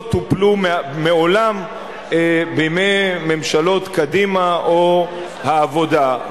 טופלו מעולם בימי ממשלות קדימה או העבודה.